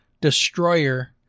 destroyer